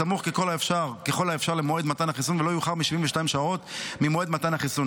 סמוך ככל האפשר למועד מתן החיסון ולא יאוחר מ-72 שעות ממועד מתן החיסון.